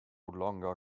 longer